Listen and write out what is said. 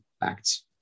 facts